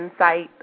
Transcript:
insight